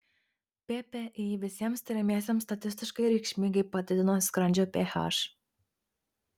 ppi visiems tiriamiesiems statistiškai reikšmingai padidino skrandžio ph